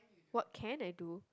what can I do